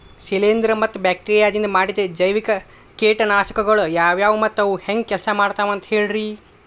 ಶಿಲೇಂಧ್ರ ಮತ್ತ ಬ್ಯಾಕ್ಟೇರಿಯದಿಂದ ಮಾಡಿದ ಜೈವಿಕ ಕೇಟನಾಶಕಗೊಳ ಯಾವ್ಯಾವು ಮತ್ತ ಅವು ಹೆಂಗ್ ಕೆಲ್ಸ ಮಾಡ್ತಾವ ಅಂತ ಹೇಳ್ರಿ?